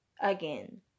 again